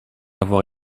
avoir